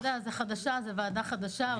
אתה יודע, זאת ועדה חדשה.